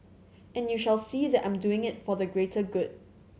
and you shall see that I'm doing it for the greater good